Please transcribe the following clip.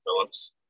Phillips